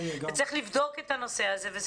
וצריך לבדוק את הנושא הזה.